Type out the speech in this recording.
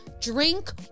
Drink